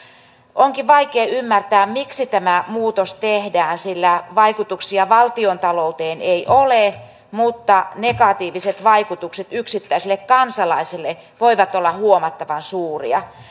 onkin vaikea ymmärtää miksi tämä muutos tehdään sillä vaikutuksia valtiontalouteen ei ole mutta negatiiviset vaikutukset yksittäisille kansalaisille voivat olla huomattavan suuria